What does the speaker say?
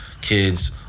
kids